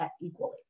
equally